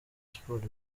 sports